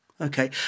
Okay